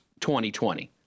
2020